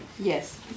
Yes